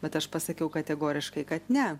bet aš pasakiau kategoriškai kad ne